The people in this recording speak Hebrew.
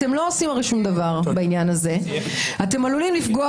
הרי אתם לא עושים שום דבר בעניין הזה אתם עלולים לפגוע,